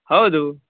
ಹೌದು